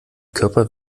körper